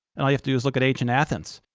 and you have to do is look at ancient athens.